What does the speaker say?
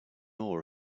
oar